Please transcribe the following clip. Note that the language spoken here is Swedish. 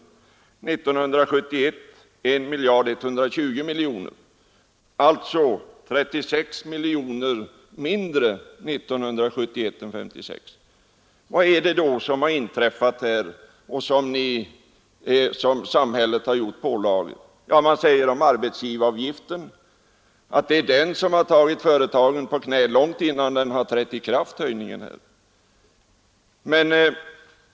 År 1971 inbetalades I 120 000 000 kronor. Det var 36 miljoner kronor mindre. Vad är det då som har inträffat och som herr Nordgren betecknar som tunga samhällspålagor? Herr Nordgren talar om att arbetsgivaravgiften bringat företagen på knä långt innan höjningen ens hunnit träda i kraft.